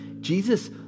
Jesus